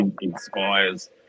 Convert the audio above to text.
inspires